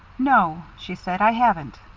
no, she said, i haven't.